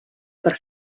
per